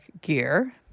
gear